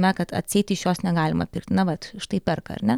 na kad atseit iš jos negalima pirkti na vat štai perka ar ne